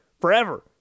forever